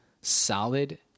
solid